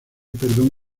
perdón